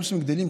גם כשהם גדלים,